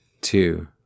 two